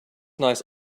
nice